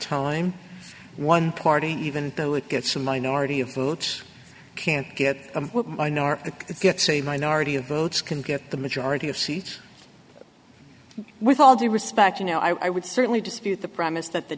time one party even though it gets a minority of bullets can't get it gets a minority of votes can get the majority of seats with all due respect you know i would certainly dispute the premise that the